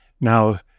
Now